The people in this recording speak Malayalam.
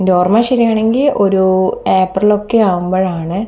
എൻ്റെ ഓർമ്മ ശരിയാണെങ്കിൽ ഒരു ഏപ്രിൽ ഒക്കെ ആവുമ്പോഴാണ്